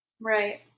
Right